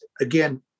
again